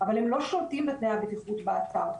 אבל הם לא שולטים בתנאי הבטיחות באתר.